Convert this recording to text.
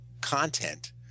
content